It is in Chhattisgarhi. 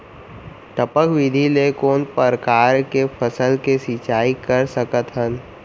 टपक विधि ले कोन परकार के फसल के सिंचाई कर सकत हन?